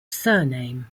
surname